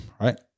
right